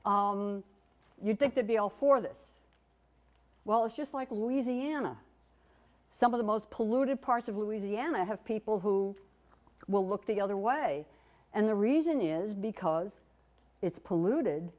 you'd think they'd be all for this well it's just like louisiana some of the most polluted parts of louisiana have people who will look the other way and the reason is because it's polluted